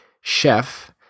Chef